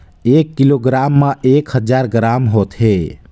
एक किलोग्राम म एक हजार ग्राम होथे